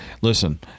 listen